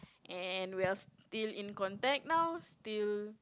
and we're still in contact now still